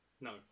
No